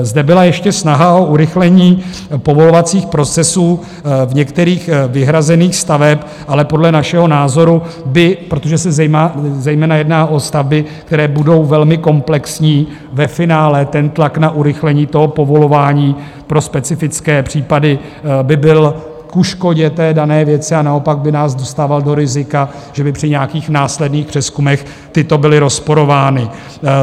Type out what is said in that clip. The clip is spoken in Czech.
Zde byla ještě snaha o urychlení povolovacích procesů některých vyhrazených staveb, ale podle našeho názoru protože se zejména jedná o stavby, které budou velmi komplexní ve finále ten tlak na urychlení toho povolování pro specifické případy by byl ku škodě té dané věci a naopak by nás dostával do rizika, že by při nějakých následných přezkumech tyto byly rozporovány.